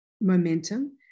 momentum